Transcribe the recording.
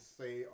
say